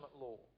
law